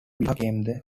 became